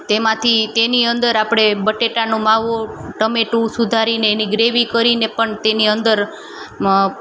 તેમાંથી તેની અંદર આપણે બટેટાનો માવો ટમેટું સુધારીને એની ગ્રેવી કરીને પણ તેની અંદર